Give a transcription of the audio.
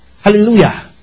Hallelujah